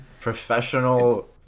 Professional